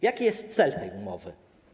Jaki jest cel tej umowy?